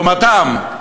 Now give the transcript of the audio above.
לעומתם,